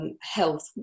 health